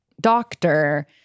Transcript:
doctor